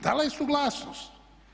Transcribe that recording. Dala je suglasnost.